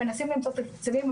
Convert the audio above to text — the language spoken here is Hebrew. מנסים למצוא תקציבים,